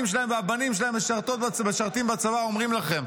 שלהן והבנים שלהן משרתים בצבא אומרות לכם.